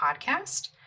podcast